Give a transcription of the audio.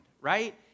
right